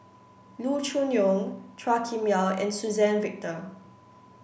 Loo Choon Yong Chua Kim Yeow and Suzann Victor